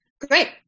great